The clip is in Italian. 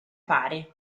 pari